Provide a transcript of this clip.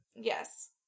Yes